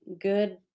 good